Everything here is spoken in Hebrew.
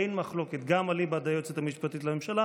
אין מחלוקת גם אליבא דהיועצת המשפטית לממשלה